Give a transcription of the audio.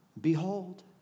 Behold